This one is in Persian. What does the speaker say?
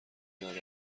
ندارد